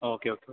ah okay okay okay